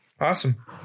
Awesome